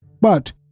But